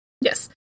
Yes